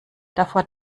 davor